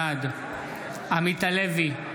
בעד עמית הלוי,